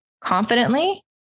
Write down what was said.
confidently